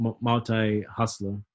multi-hustler